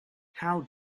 how